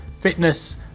fitness